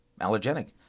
allergenic